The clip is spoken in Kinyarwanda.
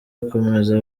akomeza